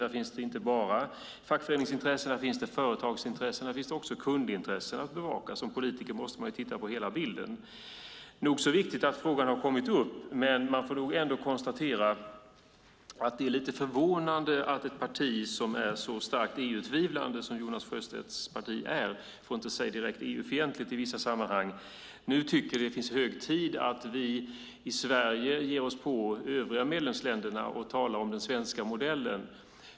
Det finns inte bara fackföreningsintressen utan också företagsintressen och kundintressen att bevaka. Som politiker måste man titta på hela bilden. Det är nog så viktigt att frågan har kommit upp. Men man får ändå konstatera att det är lite förvånande att ett parti som är så starkt EU-tvivlande som Jonas Sjöstedts parti är, för att inte säga direkt EU-fientligt i vissa sammanhang, nu tycker att det är hög tid att vi i Sverige ger oss på övriga medlemsländer och talar om den svenska modellen.